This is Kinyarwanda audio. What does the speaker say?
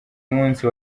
munsi